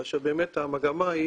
כאשר המגמה היא